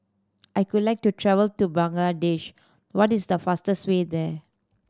I could like to travel to Bangladesh what is the fastest way there